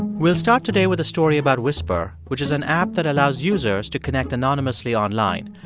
we'll start today with a story about whisper, which is an app that allows users to connect anonymously online.